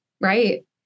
Right